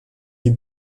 die